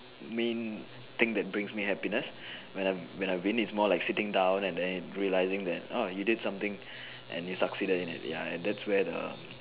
main thing that brings me happiness when I win is more like when I'm sitting down and realised that I succeeded and that's when